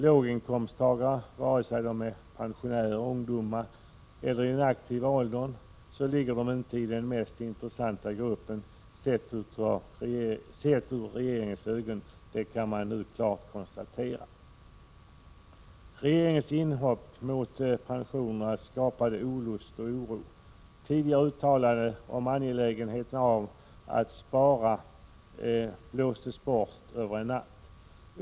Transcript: Låginkomsttagare, vare sig de är pensionärer, ungdomar eller befinner sig iden aktiva åldern, är inte den mest intressanta gruppen sett med regeringens ögon. Det kan man nu klart konstatera. Regeringens inhopp mot pensionerna skapade olust och oro. Tidigare uttalande om angelägenheten av att spara blåstes bort över en natt.